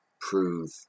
prove